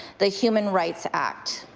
the human rights act.